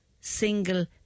single